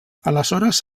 aleshores